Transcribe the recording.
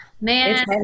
man